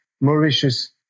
Mauritius